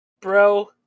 Bro